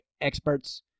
experts